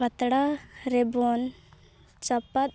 ᱯᱟᱛᱲᱟ ᱨᱮᱵᱚᱱ ᱪᱟᱯᱟᱫ